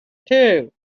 too